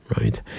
right